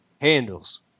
Handles